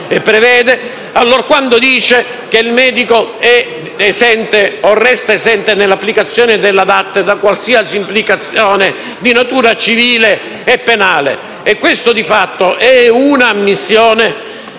prevede allorquando dice che il medico è esente, nell'applicazione della DAT, da qualsiasi implicazione di natura civile o penale. Questa, di fatto, è un'ammissione